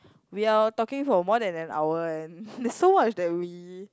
we are talking for more than an hour and there's so much that we